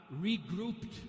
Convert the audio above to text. regrouped